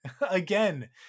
Again